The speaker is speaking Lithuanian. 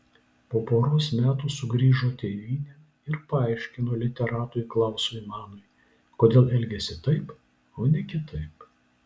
po poros metų sugrįžo tėvynėn ir paaiškino literatui klausui manui kodėl elgėsi taip o ne kitaip